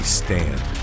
stand